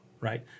right